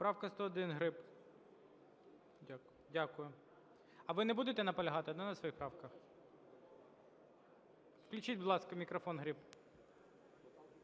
Правка 101, Гриб. Дякую. А ви не будете наполягати, да, на своїх правках? Включіть, будь ласка, мікрофон Гриб.